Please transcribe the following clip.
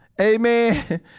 Amen